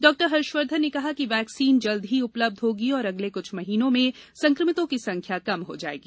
डॉ हर्षवर्धन ने कहा कि वैक्सीन जल्द ही उपलब्ध होगी और अगले कुछ महीनों में संक्रमितों की संख्या कम हो जाएगी